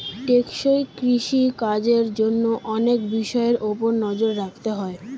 টেকসই কৃষি কাজের জন্য অনেক বিষয়ের উপর নজর রাখতে হয়